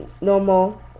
normal